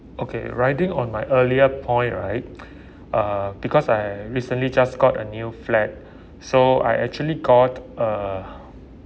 okay riding on my earlier point right uh because I recently just got a new flat so I actually got uh